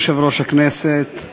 אדוני יושב-ראש הכנסת,